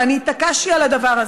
ואני התעקשתי על הדבר הזה.